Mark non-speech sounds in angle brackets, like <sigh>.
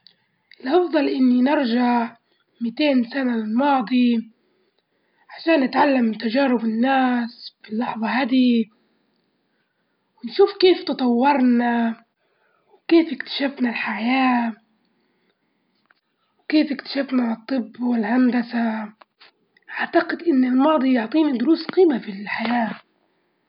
أني نشرب حوالي تقريبًا من اتنين لتلاتة لتر مية يوميا، يعني حوالي أربعتاش من واحد وعش- من أربعتاش لواحد وعشرين لتر <hesitation> في الأسبوع، وممكن نقولك من أربعة وأربعين لتر لخمسين لتر في الأسبوعين.